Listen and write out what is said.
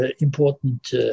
important